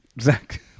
Zach